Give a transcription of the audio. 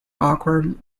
awkward